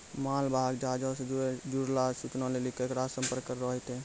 मालवाहक जहाजो से जुड़लो सूचना लेली केकरा से संपर्क करै होतै?